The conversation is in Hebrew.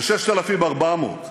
ל-6,400.